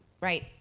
right